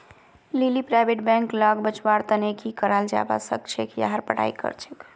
लीली private bank लाक बचव्वार तने की कराल जाबा सखछेक यहार पढ़ाई करछेक